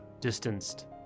distanced